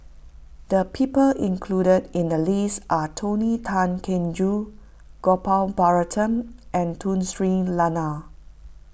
the people included in the list are Tony Tan Keng Joo Gopal Baratham and Tun Sri Lanang